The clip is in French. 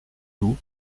tout